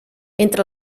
entre